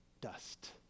dust